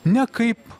ne kaip